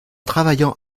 travaillant